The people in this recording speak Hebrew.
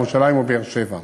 ירושלים ובאר-שבע.